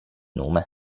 nome